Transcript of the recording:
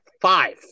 five